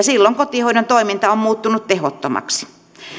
silloin kotihoidon toiminta on muuttunut tehottomaksi